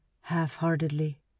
half-heartedly